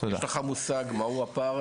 יש לך מושג מהו הפער?